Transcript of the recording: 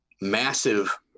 massive